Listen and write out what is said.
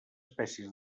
espècies